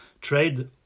trade